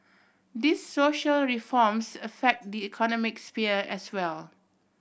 these social reforms affect the economic sphere as well